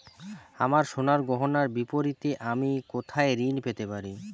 আমার সোনার গয়নার বিপরীতে আমি কোথায় ঋণ পেতে পারি?